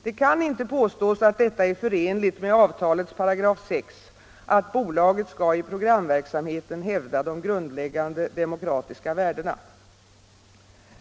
Det kan inte påstås att detta är förenligt med avtalets §6 där det heter att ”bolaget skall i programverksamheten hävda de grundläggande demokratiska värdena”.